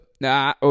nah